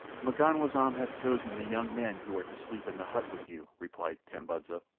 m'ganwazam has chosen the young men who are to sleep in the hut with you, replied tambudza.